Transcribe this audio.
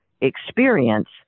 experience